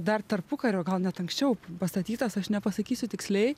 dar tarpukariu o gal net anksčiau pastatytas aš nepasakysiu tiksliai